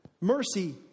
mercy